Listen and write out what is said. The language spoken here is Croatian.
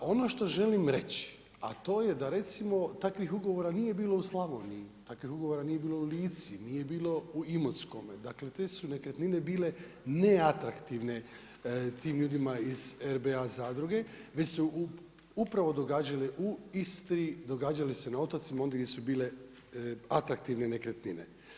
A ono što želim reći, a to je da recimo takvih ugovora nije bilo u Slavoniji, takvih ugovora nije bilo u Lici, nije bilo u Imotskome, dakle te su nekretnine bile neatraktivne tim ljudima iz RBA zadruge, već su upravo događale u Istri, događale su se na otocima ondje gdje su bile atraktivne nekretnine.